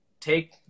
take